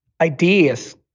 ideas